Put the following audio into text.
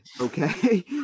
okay